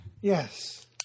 Yes